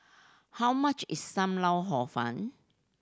how much is Sam Lau Hor Fun